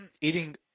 eating